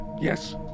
Yes